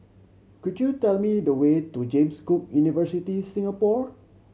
could you tell me the way to James Cook University Singapore